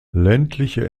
ländliche